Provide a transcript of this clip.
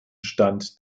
stand